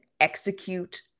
execute